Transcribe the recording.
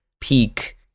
peak